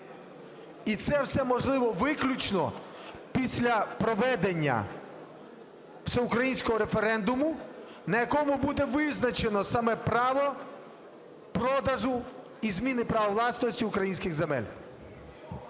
І це все можливо виключно після проведення всеукраїнського референдуму на якому буде визначено саме право продажу і зміни права власності українських земель.